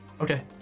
Okay